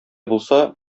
булса